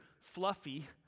fluffy